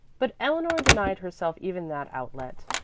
but eleanor denied herself even that outlet.